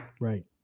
Right